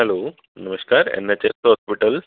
hello ਨਮਸਕਾਰ M H hospital